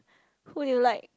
who do you like